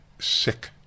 sick